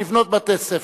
לבנות בתי-ספר.